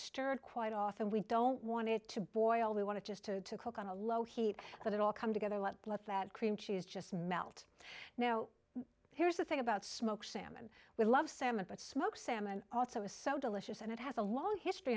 stirred quite often we don't want it to boil we want to just to walk on a low heat that it all come together let that cream cheese just melt now here's the thing about smoked salmon we love salmon but smoked salmon also is so delicious and it has a long history